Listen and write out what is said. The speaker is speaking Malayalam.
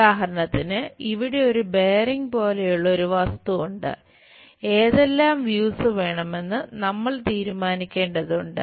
ഉദാഹരണത്തിന് ഇവിടെ ഒരു ബെയറിംഗ് പോലെയുള്ള ഒരു വസ്തു ഉണ്ട് ഏതെല്ലാം വ്യൂസ് വേണമെന്ന് നമ്മൾ തീരുമാനിക്കേണ്ടതുണ്ട്